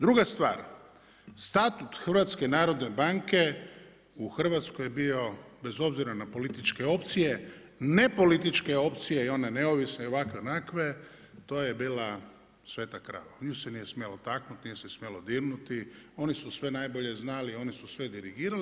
Druga stvar, statut HNB-a u Hrvatskoj je bio bez obzira na političke opcije nepolitičke opcije i one neovisne i ovakve, onakve, to je bila sveta krava, nju se nije smjelo taknut nije se smjelo dirnuti, oni su sve najbolje znali, oni su sve dirigirali.